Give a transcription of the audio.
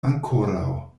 ankoraŭ